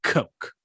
Coke